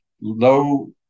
low